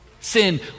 sin